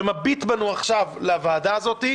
שמביא בנו עכשיו בוועדה הזאת,